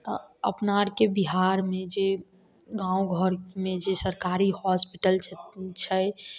अपना आरके बिहारमे जे गाँव घरमे जे सरकारी हॉस्पिटल छै